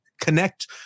connect